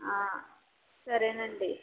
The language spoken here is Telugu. సరేనండి